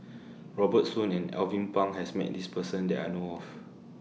Robert Soon and Alvin Pang has Met This Person that I know of